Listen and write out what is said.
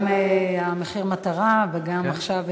גם מחיר המטרה וגם -- כן.